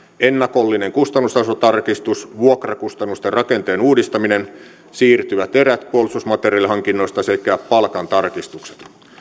ennakollinen kustannustasotarkistus vuokrakustannusten rakenteen uudistaminen siirtyvät erät puolustusmateriaalihankinnoista sekä palkantarkistukset